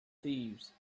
thieves